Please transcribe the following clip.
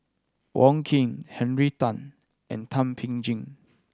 Wong Keen Henry Tan and Thum Ping Tjin